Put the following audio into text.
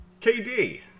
KD